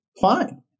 fine